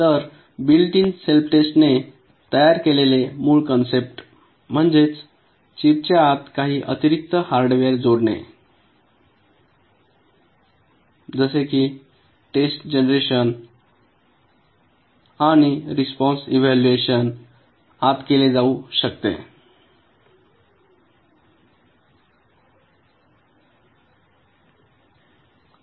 तर built in self टेस्टने तयार केलेली मूळ कन्सेप्ट म्हणजे चिपच्या आत काही अतिरिक्त हार्डवेअर जोडणे जसे की टेस्ट जनरेशन आणि रिस्पॉन्स इव्हाल्युएशन आत केले जाऊ शकते